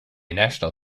national